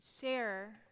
share